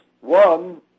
one